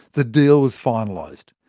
the deal was finalised.